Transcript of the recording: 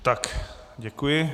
Tak, děkuji.